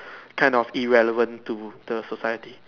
kind of irrelevant to the society